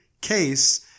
case